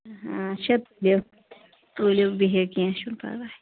آچھا تُلِو تُلِو بِہِو کیٚنٛہہ چھُنہٕ پَرواے